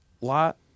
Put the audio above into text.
lot